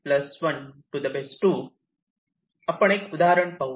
आपण एक उदाहरण पाहू